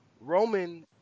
Roman